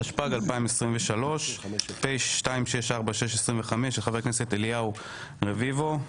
התשפ"ג-2023 (פ/2646/25), של חה"כ אליהו רביבו.